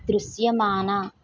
దృశ్యమాన